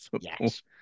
Yes